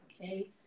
Okay